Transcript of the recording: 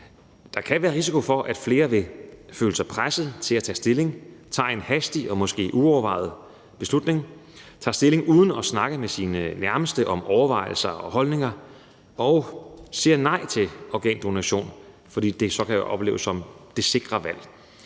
Der kan være risiko for, at flere vil føle sig presset til at tage stilling, tage en hastig og måske uovervejet beslutning, tage stilling uden at snakke med sine nærmeste om overvejelser og holdninger og sige nej til organdonation, fordi det så kan opleves som det sikre valg.